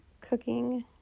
cooking